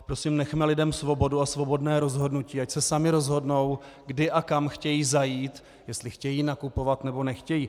Prosím, nechme lidem svobodu a svobodné rozhodnutí, ať se sami rozhodnou, kdy a kam chtějí zajít, jestli chtějí nakupovat, nebo nechtějí.